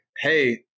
Hey